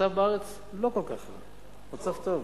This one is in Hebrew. המצב בארץ לא כל כך רע, המצב טוב.